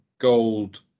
gold